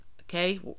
okay